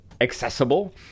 accessible